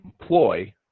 employ